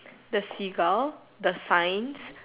the sea gull the signs